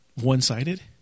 one-sided